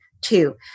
Two